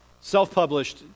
Self-published